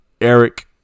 Eric